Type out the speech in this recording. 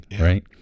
right